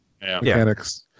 mechanics